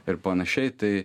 ir panašiai tai